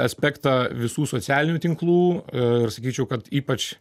aspektą visų socialinių tinklų ir sakyčiau kad ypač